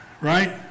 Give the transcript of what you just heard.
right